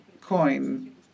coin